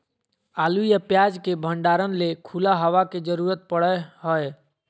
आलू या प्याज के भंडारण ले खुला हवा के जरूरत पड़य हय